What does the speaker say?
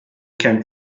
count